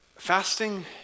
Fasting